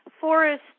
forest